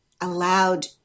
allowed